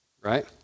right